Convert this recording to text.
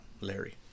Larry